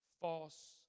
false